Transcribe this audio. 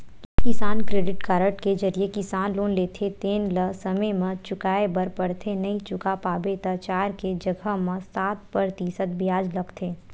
किसान credit card के जरिए किसान लोन लेथे तेन ल समे म चुकाए बर परथे नइ चुका पाबे त चार के जघा म सात परतिसत के बियाज लगथे